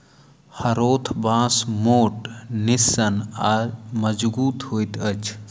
हरोथ बाँस मोट, निस्सन आ मजगुत होइत अछि